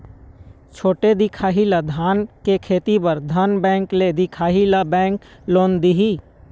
छोटे दिखाही ला धान के खेती बर धन बैंक ले दिखाही ला बैंक लोन दिही?